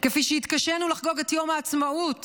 כפי שהתקשינו לחגוג את יום העצמאות